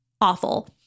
Awful